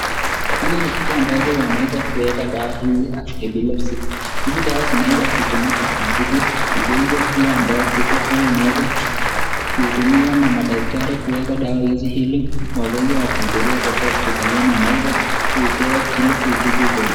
Hiki ni kifaa ambacho wanaweza kuweka dawa ya epilepsy . Hizi dawa zinaeza kutumika kuitibu ugonjwa hiyo ambayo huyu anaweza kutumiwa na madaktari kuweka dawa hizi ili wagonjwa wa kuhudhuriwa katika hospitali wanaeza kuipewa iko kuwatibu.